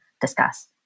discuss